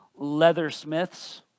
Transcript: leathersmiths